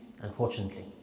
unfortunately